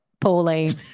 Pauline